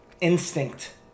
instinct